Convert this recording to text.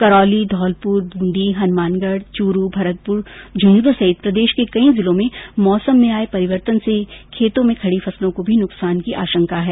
करौली धौलपुर बूंदी हनुमानगढ़ चूरू भरतपुर झूंझनूं सहित प्रदेश के कई जिलों में मौसम में आये परिवर्तन से खेतों के खडी फसलों को भी नुकसान की आशंका है